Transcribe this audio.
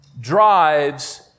drives